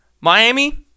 Miami